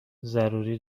ضروری